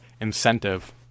incentive